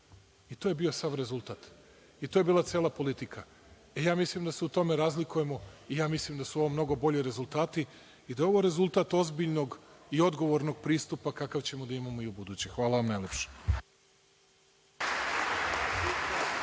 To je bio sav rezultat. To je bila cela politika. Mislim da se u tome razlikujemo i mislim da su ovo mnogo bolji rezultati i da je ovo rezultat ozbiljnog i odgovornog pristupa kakav ćemo da imamo i u buduće. Hvala vam najlepše.